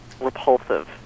repulsive